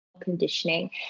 conditioning